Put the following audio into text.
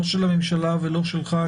לא שלך ולא שלך,